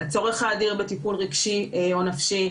הצורך האדיר בטיפול רגשי או נפשי,